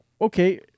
okay